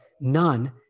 none